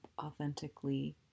authentically